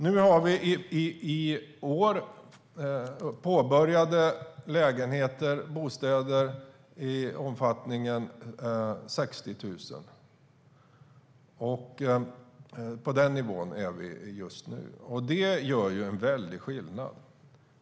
I år är antalet påbörjade bostäder i storleksordningen 60 000. På den nivån är vi just nu. Det gör en väldig skillnad.